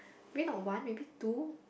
maybe not one maybe two